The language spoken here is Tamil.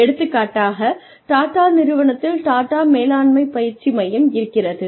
எடுத்துக்காட்டாக டாடா நிறுவனத்தில் டாடா மேலாண்மை பயிற்சி மையம் இருக்கிறது